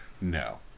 no